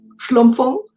schlumpfung